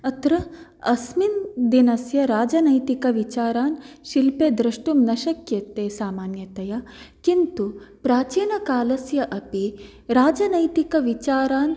अत्र अस्मिन् दिनस्य राजनैतिकविचारान् शिल्पे द्रष्टुं न शक्यते सामान्यतया किन्तु प्राचीनकालस्य अपि राजनैतिकविचारान्